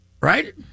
right